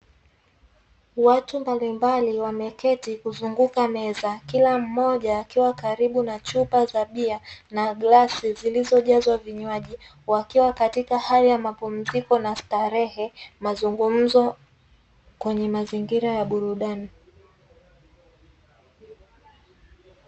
Watu mbalimbali wameketi kuzunguka meza, kila mmoja akiwa karibu na chupa za bia na glasi zilizojazwa vinywaji, wakiwa katika hali ya mapumziko na starehe, mazungumzo kwenye mazingira ya burudani.